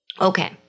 Okay